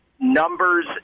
numbers